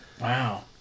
Wow